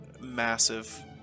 massive